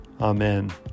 Amen